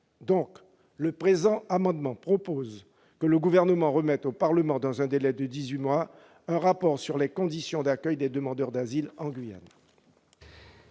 de cet amendement proposent que le Gouvernement remette au Parlement, dans un délai de dix-huit mois, un rapport sur les conditions d'accueil des demandeurs d'asile en Guyane.